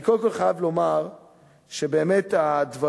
אני קודם כול חייב לומר שבאמת הדברים,